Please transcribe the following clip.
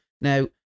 Now